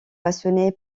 passionné